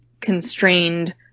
constrained